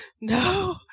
no